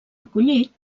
acollit